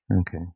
Okay